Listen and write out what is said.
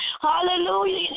Hallelujah